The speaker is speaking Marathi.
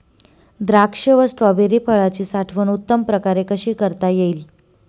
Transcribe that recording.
द्राक्ष व स्ट्रॉबेरी फळाची साठवण उत्तम प्रकारे कशी करता येईल?